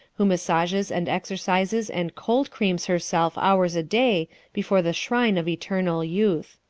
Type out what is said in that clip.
who massages and exercises and cold-creams herself hours a day before the shrine of eternal youth.